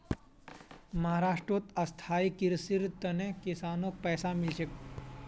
महाराष्ट्रत स्थायी कृषिर त न किसानक पैसा मिल तेक